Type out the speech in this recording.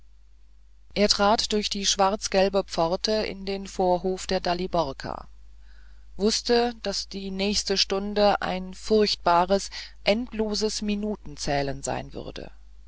er trat durch die schwarz gelbe pforte in den vorhof der daliborka wußte daß die nächste stunde ein furchtbares endloses minutenzählen sein würde